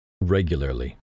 regularly